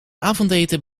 avondeten